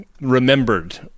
remembered